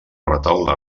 retaule